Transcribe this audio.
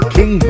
King